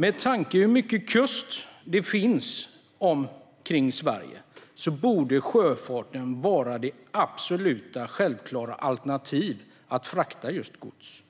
Med tanke på hur mycket kust som finns omkring Sverige borde sjöfarten vara det självklara alternativet för att frakta gods,